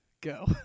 go